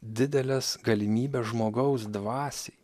dideles galimybes žmogaus dvasiai